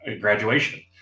graduation